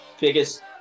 biggest